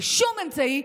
בשום אמצעי,